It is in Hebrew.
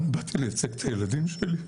אני באתי לייצג את הילדים שלי.